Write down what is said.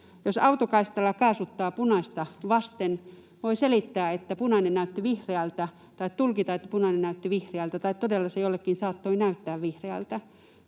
Jos autokaistalla kaasuttaa punaista vasten, voi selittää, että punainen näytti vihreältä, tai tulkita, että punainen näytti vihreältä, tai todella se jollekin saattoi näyttää vihreältä.